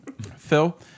Phil